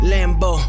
Lambo